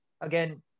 again